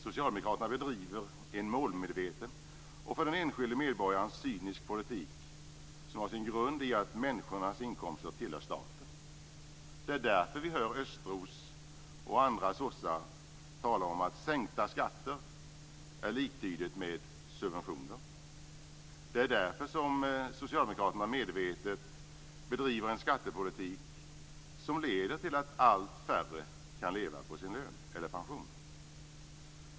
Socialdemokraterna bedriver en målmedveten och för den enskilde medborgaren cynisk politik som har sin grund i att människornas inkomster tillhör staten. Det är därför vi hör Östros och andra sossar tala om att sänkta skatter är liktydigt med subventioner. Det är därför som socialdemokraterna medvetet bedriver en skattepolitik som leder till att allt färre kan leva på sin lön eller pension.